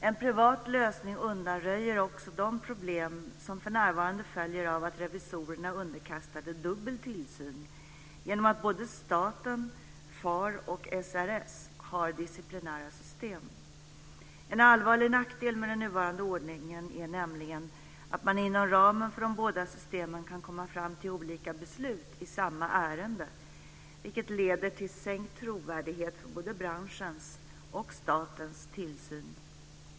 En privat lösning undanröjer också de problem som för närvarande följer av att revisorerna är underkastade dubbel tillsyn genom att såväl staten som FAR och SRS har disciplinära system. En allvarlig nackdel med den nuvarande ordningen är nämligen att man inom ramen för de båda systemen kan komma fram till olika beslut i samma ärende, vilket leder till sänkt trovärdighet för både branschens och statens tillsyn.